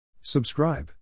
Subscribe